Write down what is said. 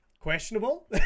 questionable